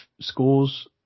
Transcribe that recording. schools